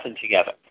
together